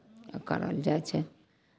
करल जाइ छै